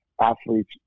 athletes